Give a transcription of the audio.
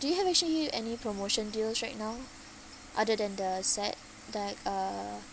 do you have actually any promotion deals right now other than the set like uh